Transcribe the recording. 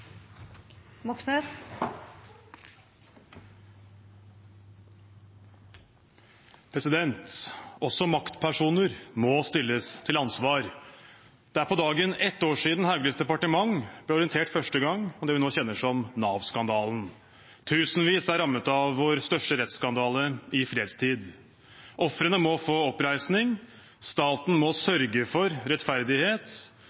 mistillitsforslaget. Også maktpersoner må stilles til ansvar. Det er på dagen ett år siden Hauglies departement ble orientert første gang om det vi nå kjenner som Nav-skandalen. Tusenvis er rammet av vår største rettsskandale i fredstid. Ofrene må få oppreisning, staten må